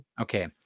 Okay